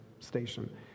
station